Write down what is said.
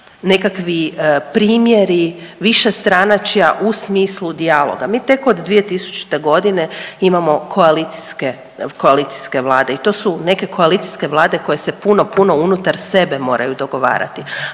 nekakvi primjeri višestranačja u smislu dijaloga. Mi tek od 2000 godine imamo koalicijske Vlade i to su neke koalicijske Vlade koje se puno, puno unutar sebe moraju dogovarati.